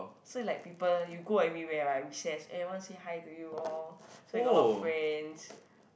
so like people you go everywhere right recess everyone say hi to you all so you got a lot of friends